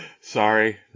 sorry